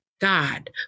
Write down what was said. God